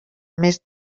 més